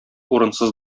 урынсыз